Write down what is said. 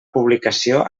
publicació